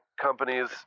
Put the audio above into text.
companies